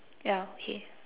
yeah okay